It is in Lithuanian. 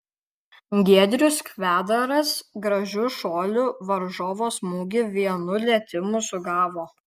giedrius kvedaras gražiu šuoliu varžovo smūgį vienu lietimu sugavo